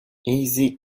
easy